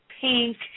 pink